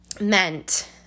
meant